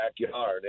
backyard